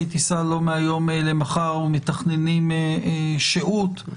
טיסה לא מהיום למחר ומתכננים שהות,